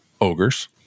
ogres